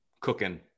cooking